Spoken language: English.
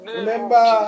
Remember